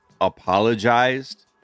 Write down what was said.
apologized